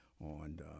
on